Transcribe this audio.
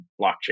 blockchain